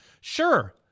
Sure